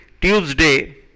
Tuesday